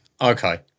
Okay